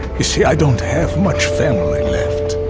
you see i don't have much family left.